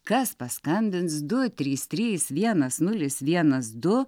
kas paskambins du trys trys vienas nulis vienas du